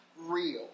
real